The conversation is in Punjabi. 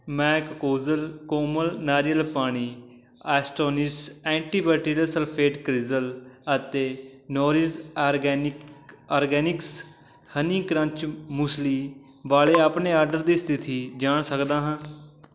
ਮੈਂ ਕੋਕੋਜਲ ਕੋਮਲ ਨਾਰੀਅਲ ਪਾਣੀ ਐਸਟੋਨਿਸ਼ ਐਂਟੀਬੈਕਟੀਰੀਅਲ ਸਲਫੇਟ ਕਲੀਨਜ਼ਰ ਅਤੇ nourish organic organics honey crunch muesli ਵਾਲੇ ਆਪਣੇ ਆਰਡਰ ਦੀ ਸਥਿਤੀ ਜਾਣ ਸਕਦਾ ਹਾਂ